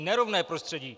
Nerovné prostředí!